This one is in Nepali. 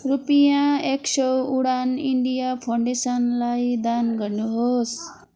रुपियाँ एक सौ उडान इन्डिया फाउन्डेसनलाई दान गर्नुहोस्